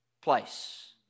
place